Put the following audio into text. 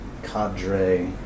Cadre